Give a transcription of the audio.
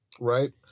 Right